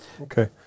okay